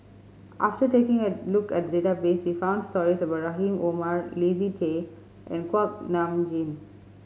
after taking a look at the database we found stories about Rahim Omar Leslie Tay and Kuak Nam Jin